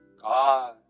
God